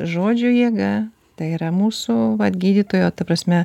žodžio jėga tai yra mūsų vat gydytojo ta prasme